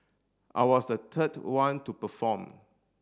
I was the third one to perform